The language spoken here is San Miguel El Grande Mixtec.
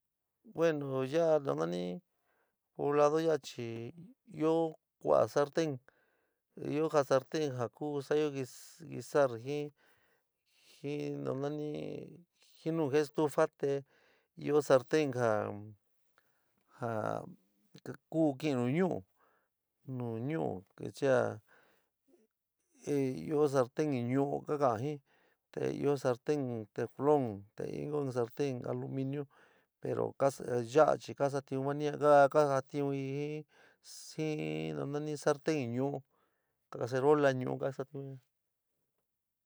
Bueno, ya´a no nani poblado ya´a chii io kua´a sartén, ioga sartén kuu sa´ayo guisar, ji nuu nani jií nuu estuu te io sartén ja ku xii nu ñnui, nuu ñnui te io sartén nuu kakaa jii io sartén teflón, te io sartén aluminio pro yora chii kasatio maa ñnix kajotion ñnii, no nani jii sartén ñuu cacerola ñu´u.